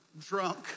drunk